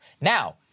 Now